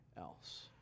else